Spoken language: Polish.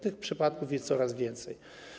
Tych przypadków jest coraz więcej.